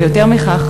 ויותר מכך,